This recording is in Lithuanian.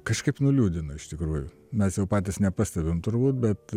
kažkaip nuliūdino iš tikrųjų mes jau patys nepastebim turbūt bet